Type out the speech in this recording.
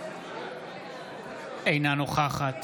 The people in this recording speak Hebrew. אינה נוכחת